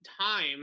time